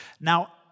Now